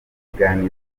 biganiro